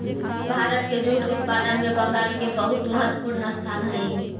भारत के जूट उत्पादन में बंगाल के बहुत महत्त्वपूर्ण स्थान हई